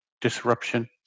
disruption